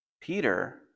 Peter